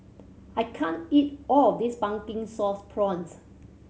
I can't eat all of this Pumpkin Sauce Prawns